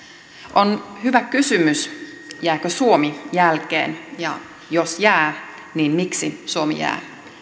on hyvä kysymys jääkö suomi jälkeen ja jos jää niin miksi suomi jää